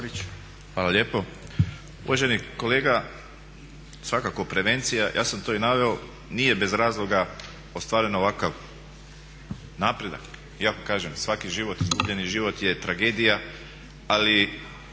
Hvala lijepo. Uvaženi kolega, svakako prevencija ja sam to i naveo nije bez razloga ostvaren ovakav napredak. Iako kažem svaki život, izgubljeni život je tragedija ali